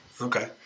Okay